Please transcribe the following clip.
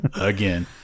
again